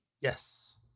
Yes